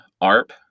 ARP